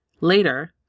Later